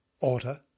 Order